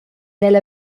ella